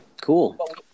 cool